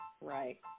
right